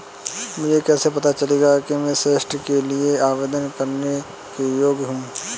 मुझे कैसे पता चलेगा कि मैं ऋण के लिए आवेदन करने के योग्य हूँ?